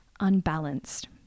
Unbalanced